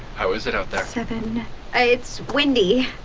how is it out there. seven it's windy!